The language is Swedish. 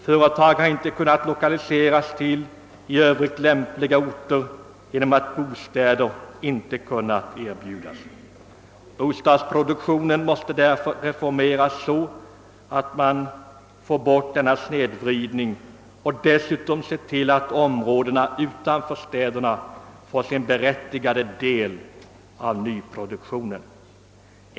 Företag har inte kunnat lokaliseras till i övrigt lämpliga orter genom att bostäder inte kunnat erbjudas. Bostadsproduktionen måste därför reformeras så, att man får bort denna snedvridning och dessutom ser till att områdena utanför städerna får sin berättigade del av nyproduktionen.